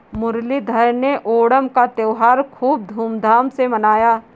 मुरलीधर ने ओणम का त्योहार खूब धूमधाम से मनाया